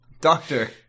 doctor